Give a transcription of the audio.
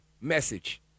message